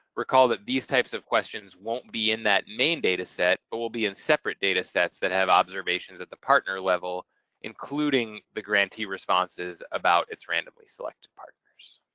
recall that these types of questions won't be in that main data set but will be in separate data sets that have observations at the partner-level including the grantee responses about its randomly selected partners.